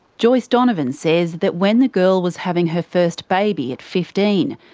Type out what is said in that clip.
joyce donovan says that when the girl was having her first baby at fifteen,